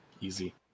Easy